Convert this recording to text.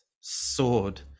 sword